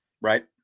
Right